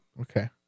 okay